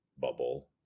bubble